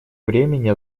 времени